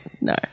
No